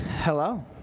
Hello